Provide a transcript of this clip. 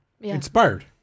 Inspired